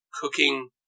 cooking